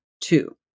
two